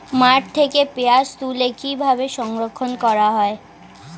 মাঠ থেকে পেঁয়াজ তুলে কিভাবে সংরক্ষণ করা হয়?